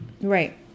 Right